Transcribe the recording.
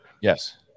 Yes